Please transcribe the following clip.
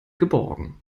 geborgen